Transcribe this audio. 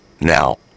Now